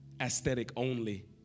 aesthetic-only